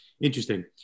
interesting